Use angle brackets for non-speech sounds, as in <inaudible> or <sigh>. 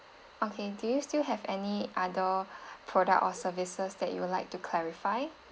okay do you still have any other <breath> product or services that you would like to clarify